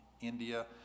India